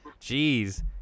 Jeez